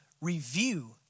review